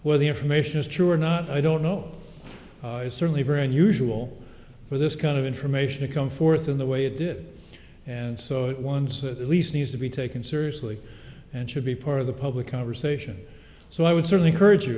where the information is true or not i don't know it's certainly very unusual for this kind of information to come forth in the way it did and so it once at least needs to be taken seriously and should be part of the public conversation so i would certainly encourage